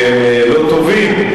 שהם לא טובים.